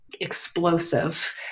explosive